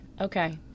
Okay